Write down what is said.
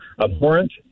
abhorrent